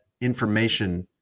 information